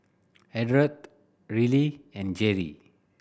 Ardath Riley and Jere